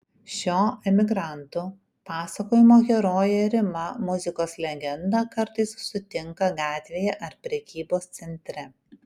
šio emigrantų pasakojimo herojė rima muzikos legendą kartais sutinka gatvėje ar prekybos centre